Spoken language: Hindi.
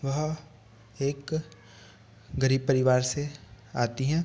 वह एक गरीब परिवार से आती हैं